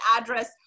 address